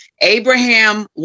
Abraham